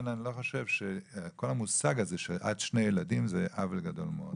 לכן אני לא חושב שכל המושג הזה של עד שני ילדים זה עוול גדול מאוד.